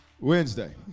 Wednesday